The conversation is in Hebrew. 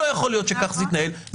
לא יכול להיות שכך זה יתנהל.